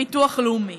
ביטוח לאומי.